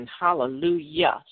Hallelujah